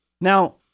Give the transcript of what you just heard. Now